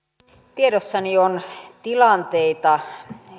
tiedossani on tilanteita